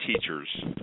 teachers